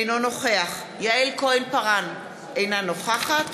אינו נוכח יעל כהן-פארן, אינה נוכחת